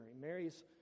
Mary's